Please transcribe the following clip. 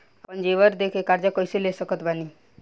आपन जेवर दे के कर्जा कइसे ले सकत बानी?